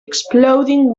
exploding